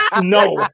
No